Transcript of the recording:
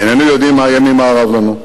איננו יודעים מה יהיה ממערב לנו,